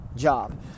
job